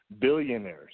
billionaires